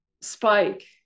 spike